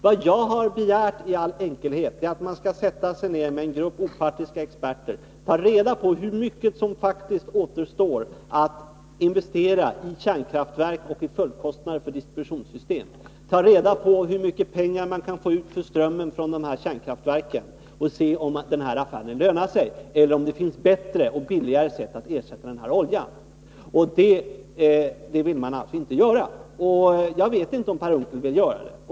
Vad jag i all enkelhet har begärt är att man skall sätta sig ned med en grupp opartiska experter, ta reda på hur mycket som faktiskt återstår att investera i kärnkraftverk och i följdkostnader för distributionssystem, undersöka hur mycket pengar man kan få för strömmen från dessa kärnkraftverk och se om denna affär lönar sig eller om det finns bättre och billigare sätt att ersätta olja. Det vill man alltså inte göra. Jag vet inte om Per Unckel vill göra det.